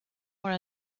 were